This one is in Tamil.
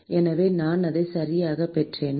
எனவே நான் அதை சரியாகப் பெற்றேனா